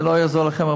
זה לא יעזור לכם,